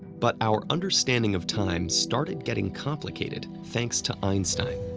but our understanding of time started getting complicated thanks to einstein.